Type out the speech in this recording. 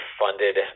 funded